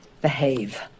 behave